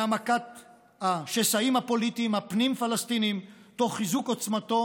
היא העמקת השסעים הפוליטיים הפנים-פלסטיניים תוך חיזוק עוצמתו